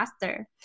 faster